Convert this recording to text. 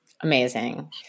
Amazing